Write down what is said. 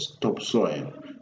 topsoil